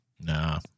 nah